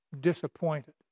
disappointed